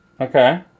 Okay